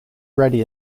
ready